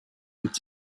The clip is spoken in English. would